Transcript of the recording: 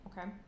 Okay